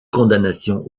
condamnation